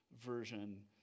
version